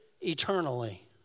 eternally